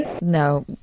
No